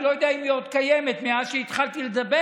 אני לא יודע אם היא עוד קיימת מאז שהתחלתי לדבר,